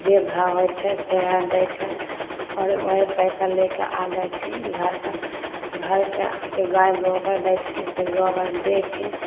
जे भाव होइ छै सएह दै छै आओर ओहि पैसा लेके आ जाइ छियनि घर पर घर से गाय गोबर दै छै तऽ गोबर देके